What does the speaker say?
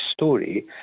story